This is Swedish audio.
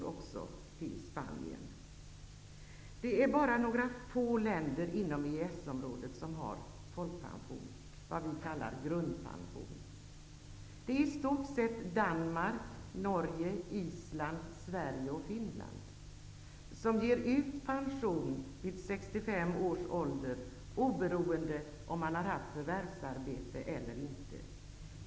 Det är bara några få länder inom EES-området som har folkpension, dvs. vad vi kallar grundpension. Det är i stort sett Danmark, Norge, Island, Sverige och Finland som ger ut pension vid 65 års ålder, oberoende om man har haft förvärvsarbete eller inte.